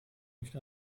nicht